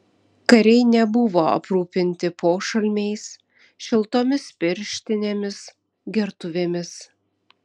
kariai nebuvo aprūpinti pošalmiais šiltomis pirštinėmis gertuvėmis